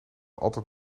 altijd